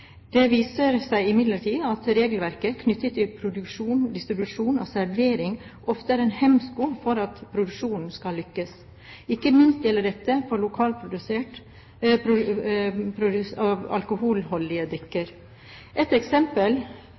Det viser seg imidlertid at regelverket knyttet til produksjon, distribusjon og servering ofte er en hemsko for at produksjonen skal lykkes. Ikke minst gjelder dette